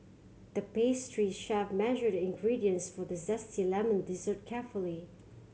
the pastry chef measured the ingredients for the zesty lemon dessert carefully